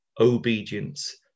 obedience